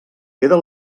queda